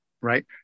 right